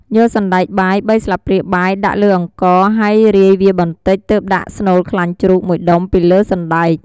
យកសណ្ដែកបាយ ៣ស្លាបព្រាបាយ ដាក់លើអង្ករ ហើយរាយវាបន្តិច ទើបដាក់ស្នូលខ្លាញ់ជ្រូក ១ដុំ ពីលើសណ្ដែក។